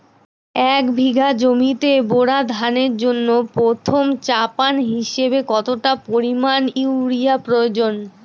এক বিঘা জমিতে বোরো ধানের জন্য প্রথম চাপান হিসাবে কতটা পরিমাণ ইউরিয়া প্রয়োজন?